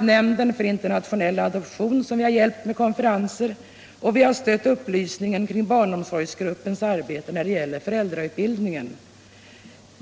Nämnden för internationell adoption har vi kunnat hjälpa med konferenser, och vi har stött upplysningen kring barnomsorgsgruppens arbete när det gäller föräldrautbildningen.